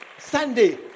Sunday